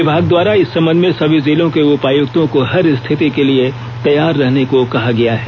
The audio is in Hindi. विभाग द्वारा इस संबंध में सभी जिलों के उपायुक्तों को हर स्थिति के लिए तैयार रहने को कहा गया है